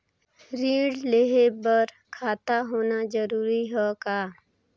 ऋण लेहे बर खाता होना जरूरी ह का?